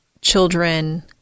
children